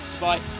Bye